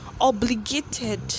obligated